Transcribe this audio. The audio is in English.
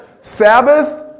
Sabbath